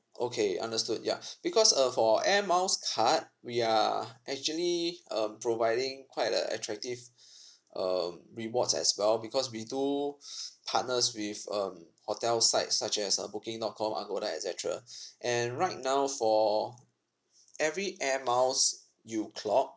okay understood ya because uh for air miles card we are actually um providing quite a attractive um rewards as well because we do partners with um hotel sites such as uh booking dot com agoda et cetera and right now for every air miles you clock